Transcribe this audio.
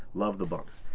love the bunks.